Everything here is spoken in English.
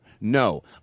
No